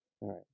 right